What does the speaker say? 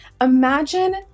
Imagine